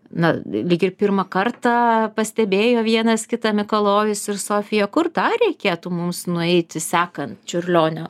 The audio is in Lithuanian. na lyg ir pirmą kartą pastebėjo vienas kitą mikalojus ir sofija kur tą reikėtų mums nueiti sekant čiurlionio